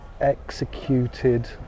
executed